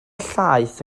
llaeth